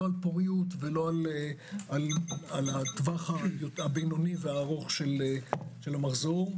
לא על פוריות ולא על הטווח הבינוני והארוך של המחזור.